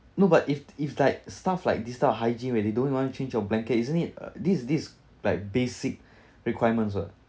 no but if if like stuff like this type of hygiene where they don't want to change your blanket isn't it uh this this like basic requirements ah